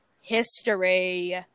history